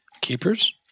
Keepers